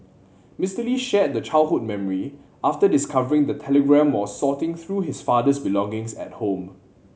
Mister Lee shared the childhood memory after discovering the telegram while sorting through his father's belongings at home